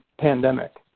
pandemic.